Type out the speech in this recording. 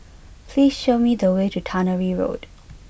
please show me the way to Tannery Road